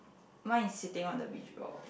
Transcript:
mine is sitting on the beach ball